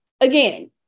again